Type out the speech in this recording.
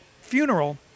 funeral –